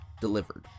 delivered